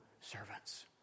servants